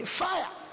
fire